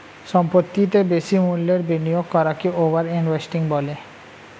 সম্পত্তিতে বেশি মূল্যের বিনিয়োগ করাকে ওভার ইনভেস্টিং বলে